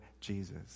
Jesus